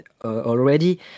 already